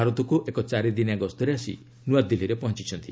ଭାରତକୁ ଏକ ଚାରିଦିନିଆ ଗସ୍ତରେ ଆସି ନ୍ୱଆଦିଲ୍ଲୀରେ ପହଞ୍ଚିଛନ୍ତି